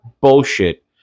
bullshit